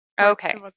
Okay